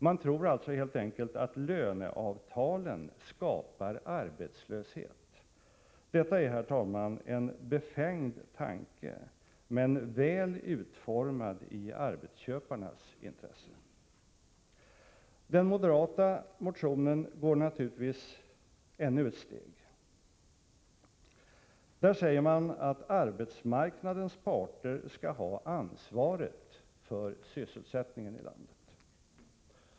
Man tror alltså helt enkelt att löneavtalen skapar arbetslöshet. Detta är, herr talman, en befängd tanke, men väl utformad i arbetsköparnas intresse. Den moderata motionen går naturligtvis ännu ett steg. Där säger man att arbetsmarknadens parter skall ha ansvaret för sysselsättningen i landet.